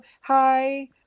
hi